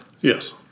Yes